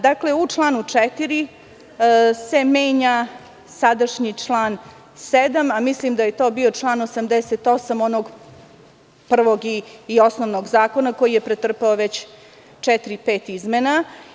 Dakle, u članu 4. se menja sadašnji član 7. a mislim da je to bio član 88. onog prvog i osnovnog zakona koji je pretrpeo već četiri, pet izmena.